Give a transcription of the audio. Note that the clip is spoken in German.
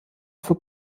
für